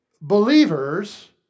Believers